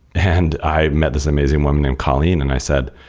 and i met this amazing woman named colleen and i said,